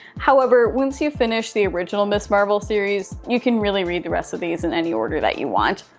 however, once you finish the original ms marvel series, you can really read the rest of these in any order that you want.